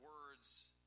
words